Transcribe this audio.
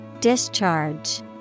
Discharge